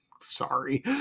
sorry